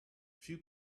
few